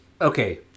Okay